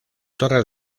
torre